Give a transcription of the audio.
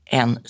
en